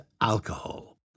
alcohol